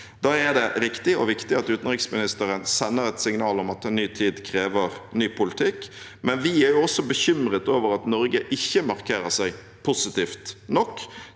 riktig og viktig at utenriksministeren sender et signal om at en ny tid krever ny politikk. Vi er også bekymret over at Norge ikke markerer seg positivt nok.